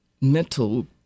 mental